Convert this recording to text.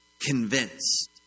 convinced